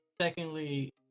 Secondly